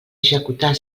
executar